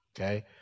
okay